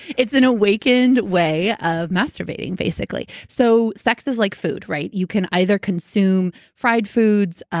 it's an awakened way of masturbating, basically. so sex is like food, right? you can either consume fried foods,